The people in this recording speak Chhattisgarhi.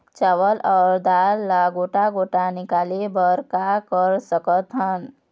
चावल अऊ दाल ला गोटा गोटा निकाले बर का कर सकथन?